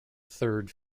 third